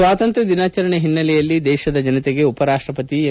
ಸ್ವಾತಂತ್ರ್ಯ ದಿನಾಚರಣೆ ಹಿನ್ನೆಲೆಯಲ್ಲಿ ದೇಶದ ಜನತೆಗೆ ಉಪರಾಷ್ಟಪತಿ ಎಂ